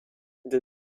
the